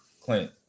Clint